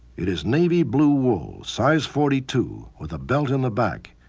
it is navy blue wool, size forty two, with a belt in the back.